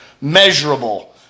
measurable